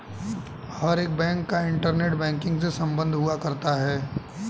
हर एक बैंक का internet banking से सम्बन्ध हुआ करता है